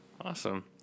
Awesome